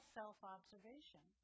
self-observation